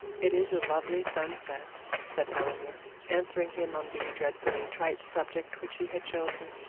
it is a lovely sunset said eleanor, answering him on the dreadfully trite subject which he had chosen.